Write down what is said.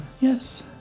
Yes